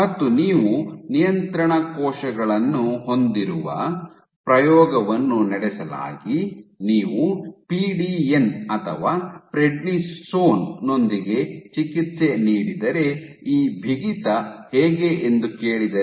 ಮತ್ತು ನೀವು ನಿಯಂತ್ರಣ ಕೋಶಗಳನ್ನು ಹೊಂದಿರುವ ಪ್ರಯೋಗವನ್ನು ನಡೆಸಲಾಗಿ ನೀವು ಪಿಡಿಎನ್ ಅಥವಾ ಪ್ರೆಡ್ನಿಸೋನ್ ನೊಂದಿಗೆ ಚಿಕಿತ್ಸೆ ನೀಡಿದರೆ ಈ ಬಿಗಿತ ಹೇಗೆ ಎಂದು ಕೇಳಿದರೆ